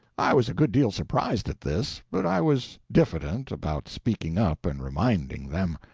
i was a good deal surprised at this, but i was diffident about speaking up and reminding them.